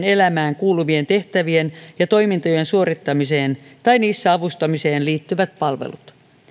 elämään kuuluvien tehtävien ja toimintojen suorittamiseen tai niissä avustamiseen liittyvät palvelut